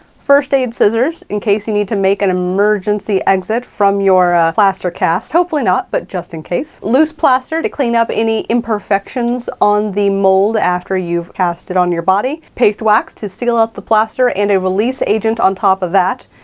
first aid scissors in case you need to make an emergency exit from your plaster cast. hopefully not, but just in case. loose plaster to clean up any imperfections on the mold after you've casted on your body. paste wax to seal up the plaster, and a release agent on top of that.